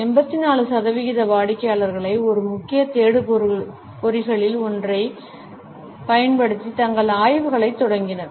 84 சதவிகித வாடிக்கையாளர்கள் ஒரு முக்கிய தேடுபொறிகளில் ஒன்றைப் பயன்படுத்தி தங்கள் ஆய்வுகளைத் தொடங்கினர்